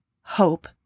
hope